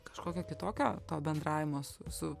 kažkokio kitokio to bendravimo su su